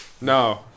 no